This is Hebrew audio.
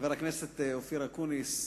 חבר הכנסת אופיר אקוניס,